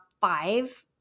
five